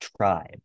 tribe